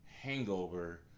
hangover